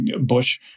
Bush